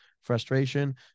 frustration